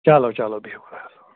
چلو چلو بِہِو خۄدایَس حوال